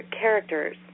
characters